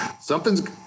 something's